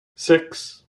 six